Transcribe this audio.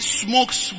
smokes